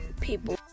people